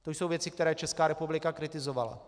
To jsou věci, které Česká republika kritizovala.